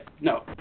no